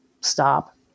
stop